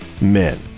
Men